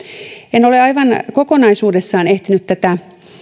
en ole aivan kokonaisuudessaan ehtinyt tätä